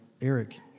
Eric